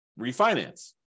refinance